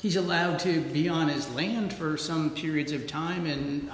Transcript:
he's allowed to be honest land for some periods of time in